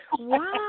Wow